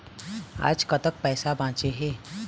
आज कतक पैसा बांचे हे?